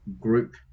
group